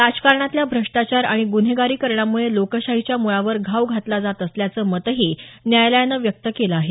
राजकारणातल्या भ्रष्टाचार आणि गुन्हेगारीकरणामुळे लोकशाहीच्या मुळावर घाव घातला जात असल्याचं मतही न्यायालयानं व्यक्त केलं आहे